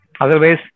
Otherwise